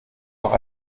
auch